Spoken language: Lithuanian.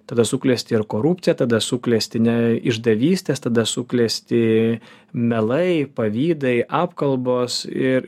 tada suklesti ir korupcija tada suklesti ne išdavystės tada suklesti melai pavydai apkalbos ir